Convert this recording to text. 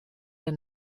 der